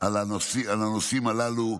על הנושאים הללו,